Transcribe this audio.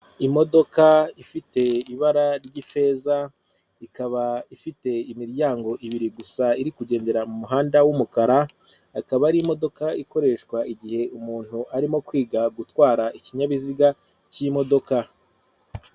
Imodoka ifite ibara ry'ifeza, ikaba ifite imiryango ibiri gusa, iri kugendera mu muhanda w'umukara, ikaba ari imodoka ikoreshwa igihe umuntu arimo kwiga gutwara ikinyabiziga cy'imodoka.